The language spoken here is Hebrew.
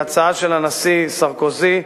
בהצעה של הנשיא סרקוזי,